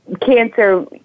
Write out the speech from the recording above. cancer